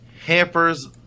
Hampers